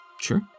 Sure